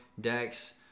decks